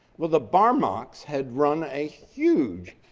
well, the barmaks had run a huge